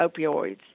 opioids